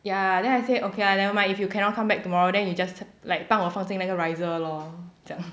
ya then I say okay lah never mind if you cannot come back tomorrow then you just like 帮我放进那个 riser lor 这样